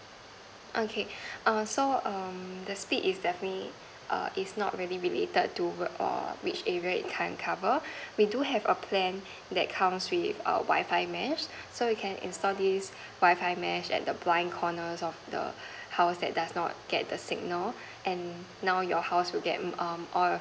okay err so um the speed is definitely err is not really limited to err which area it can cover we do have a plan that comes with err wifi match so you can install this wifi match at the blind corner of the house that does not get the signal and now your house will get um all